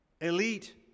elite